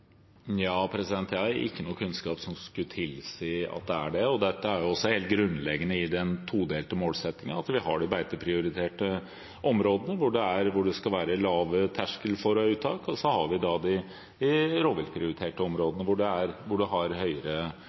Ja, jeg har ingen kunnskap som skulle tilsi at det er det. Det er også helt grunnleggende i den todelte målsettingen at vi har de beiteprioriterte områdene, hvor det skal være lavere terskel for uttak, og så har vi de rovviltprioriterte områdene, hvor det er høyere